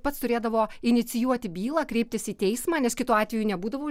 pats turėdavo inicijuoti bylą kreiptis į teismą nes kitu atveju nebūdavo